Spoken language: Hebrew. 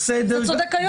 צודק היושב-ראש.